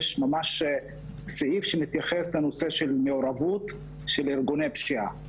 יש סעיף שמתייחס לנושא של מעורבות של ארגוני פשיעה,